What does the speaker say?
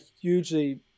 hugely